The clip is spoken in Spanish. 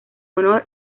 honor